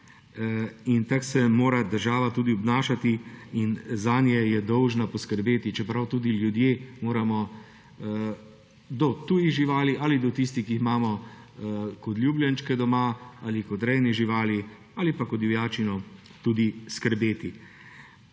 in tako se mora država tudi obnašati. Zanje je dolžna poskrbeti, čeprav moramo tudi ljudje za tuje živali ali za tiste, ki jih imamo kot ljubljenčke doma ali kot rejne živali ali pa kot divjačino, skrbeti.